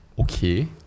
okay